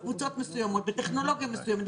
בטכנולוגיה מסוימת,